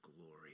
glory